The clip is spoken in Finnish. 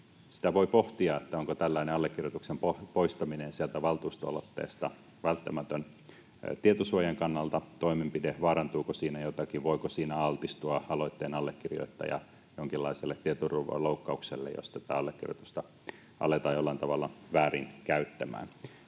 Sitä voi pohtia, onko tällainen allekirjoituksen poistaminen sieltä valtuustoaloitteesta välttämätön toimenpide tietosuojan kannalta, vaarantuuko siinä jotakin, voiko aloitteen allekirjoittaja siinä altistua jonkinlaiselle tietoturvaloukkaukselle, jos tätä allekirjoitusta aletaan jollain tavalla väärin käyttämään.